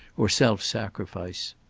or self-sacrifice.